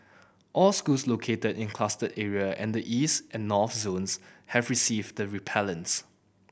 all schools located in cluster area and the East and North zones have received the repellents